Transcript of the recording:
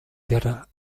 tierra